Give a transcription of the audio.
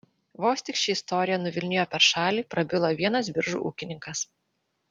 vos tik ši istorija nuvilnijo per šalį prabilo vienas biržų ūkininkas